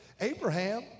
Abraham